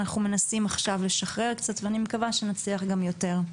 אנחנו מנסים עכשיו לשחרר קצת ואני מקווה שנצליח גם יותר.